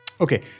Okay